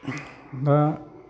दा